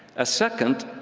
a second,